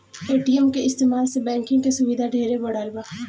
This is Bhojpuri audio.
ए.टी.एम के इस्तमाल से बैंकिंग के सुविधा ढेरे बढ़ल बा